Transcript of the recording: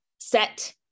set